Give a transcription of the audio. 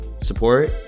support